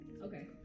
Okay